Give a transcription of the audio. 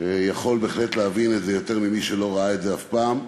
יכול בהחלט להבין את זה יותר ממי שלא ראה את זה אף פעם.